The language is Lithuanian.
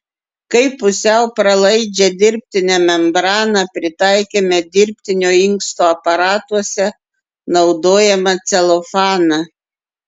kaip pusiau pralaidžią dirbtinę membraną pritaikėme dirbtinio inksto aparatuose naudojamą celofaną